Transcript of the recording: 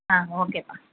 ஆ ஓகேப்பா